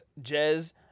Jez